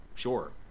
sure